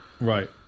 Right